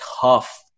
tough